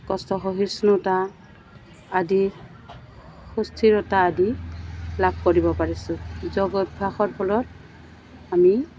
কষ্ট সহিষ্ণুতা আদিৰ সুস্থিৰতা আদি লাভ কৰিব পাৰিছোঁ যোগ অভ্যাসৰ ফলত আমি